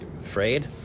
afraid